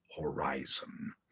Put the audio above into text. horizon